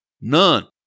None